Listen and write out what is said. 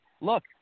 Look